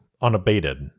unabated